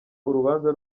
urubanza